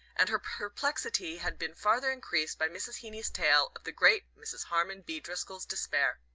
and her perplexity had been farther increased by mrs. heeny's tale of the great mrs. harmon b. driscoll's despair.